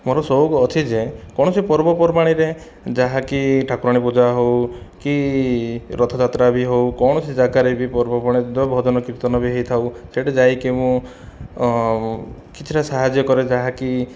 ମୋର ସଉକ ଅଛି ଯେ କୌଣସି ପର୍ବପର୍ବାଣିରେ ଯାହାକି ଠାକୁରାଣୀ ପୂଜା ହେଉ କି ରଥଯାତ୍ରା ବି ହେଉ କୌଣସି ଯାଗାରେ ବି ପର୍ବପର୍ବାଣି ଭଜନ କୀର୍ତ୍ତନ ବି ହୋଇଥାଉ ସେଠି ଯାଇକି ମୁଁ କିଛିଟା ସାହାଯ୍ୟ କରେ ଯାହାକି